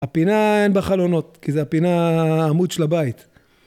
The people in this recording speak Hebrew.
הפינה אין בה חלונות, כי זה הפינה עמוד של הבית.